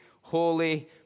holy